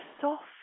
soft